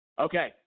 Okay